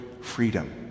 freedom